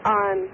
on